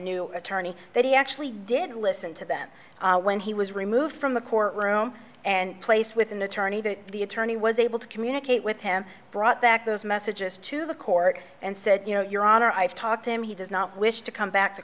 new attorney that he actually did listen to them when he was removed from the court room and placed with an attorney that the attorney was able to communicate with him brought back those messages to the court and said you know your honor i've talked to him he does not wish to come back to